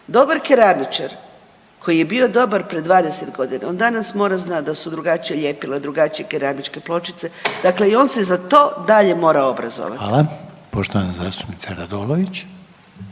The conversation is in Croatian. Dobar keramičar koji je bio dobar pre 20.g. on danas mora znat da su drugačija ljepila i drugačije keramičke pločice, dakle i on se za to dalje mora obrazovat. **Reiner, Željko (HDZ)** Hvala. Poštovana zastupnica Radolović.